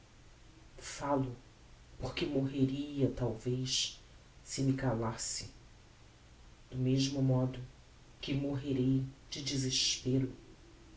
falo porque morreria talvez se me calasse do mesmo modo que morrerei de desespero